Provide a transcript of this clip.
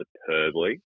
superbly